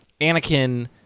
anakin